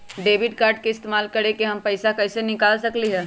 Debit card के इस्तेमाल करके हम पैईसा कईसे निकाल सकलि ह?